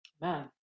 man